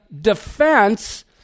defense